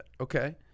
Okay